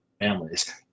families